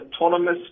autonomous